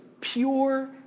pure